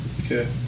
okay